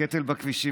הקטל בכבישים,